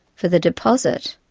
for the deposit,